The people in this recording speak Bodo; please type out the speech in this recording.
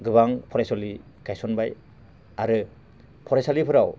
गोबां फरायसालि गायसनबाय आरो फरायसालिफोराव